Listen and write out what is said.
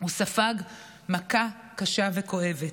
והוא ספג מכה קשה וכואבת.